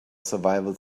survival